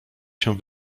się